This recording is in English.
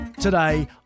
today